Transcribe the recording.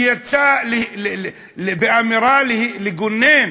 שיצא באמירה לגונן